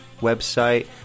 website